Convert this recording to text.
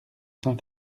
saint